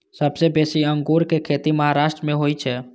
सबसं बेसी अंगूरक खेती महाराष्ट्र मे होइ छै